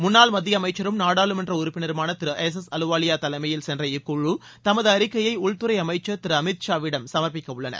முன்னாள் மத்திய அமைச்சரும் நாடாளுமன்ற உறுப்பினருமான திரு எஸ் எஸ் அலுவாலியா தலைமையில் சென்ற இக்குழு தமது அறிக்கையை உள்துறை அமைச்சர் திரு அமித் ஷா விடம் சமர்ப்பிக்கவுள்ளனர்